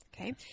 okay